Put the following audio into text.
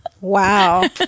Wow